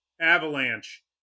Avalanche